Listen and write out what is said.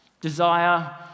Desire